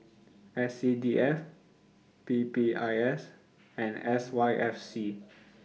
S C D F P P I S and S Y F C